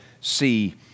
see